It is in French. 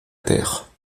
terre